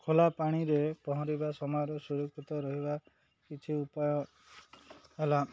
ଖୋଲା ପାଣିରେ ପହଁରିବା ସମୟରୁ ସୁରକ୍ଷିତ ରହିବା କିଛି ଉପାୟ ହେଲା